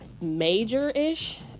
major-ish